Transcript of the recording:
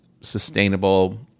sustainable